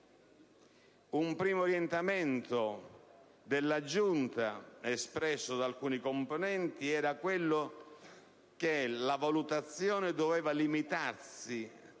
Un primo orientamento della Giunta, espresso da alcuni componenti, era quello secondo cui la valutazione doveva limitarsi